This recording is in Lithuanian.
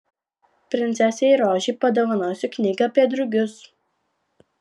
princesei rožei padovanosiu knygą apie drugius